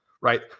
right